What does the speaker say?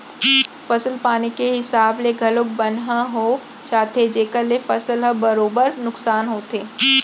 फसल पानी के हिसाब ले घलौक बन ह हो जाथे जेकर ले फसल ह बरोबर नुकसान होथे